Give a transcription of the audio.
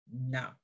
No